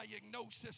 diagnosis